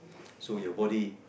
so your body